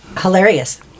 Hilarious